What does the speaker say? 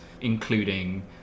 including